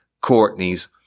Courtney's